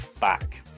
back